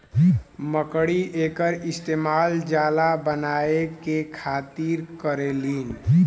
मकड़ी एकर इस्तेमाल जाला बनाए के खातिर करेलीन